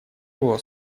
его